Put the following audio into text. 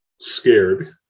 scared